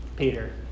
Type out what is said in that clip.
Peter